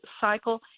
cycle